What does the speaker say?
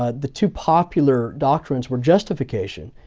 ah the two popular doctrines were justification,